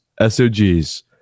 SOG's